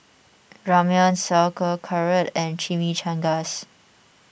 Ramyeon Sauerkraut and Chimichangas